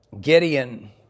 Gideon